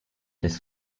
des